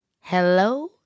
Hello